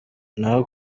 naho